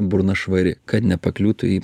burna švari kad nepakliūtų į